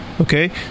Okay